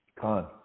Con